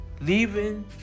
leaving